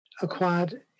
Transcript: acquired